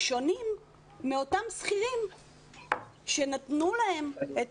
שונים מאותם שכירים שנתנו להם את